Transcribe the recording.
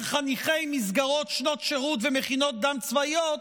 חניכי מסגרות שנות שירות ומכינות קדם-צבאיות,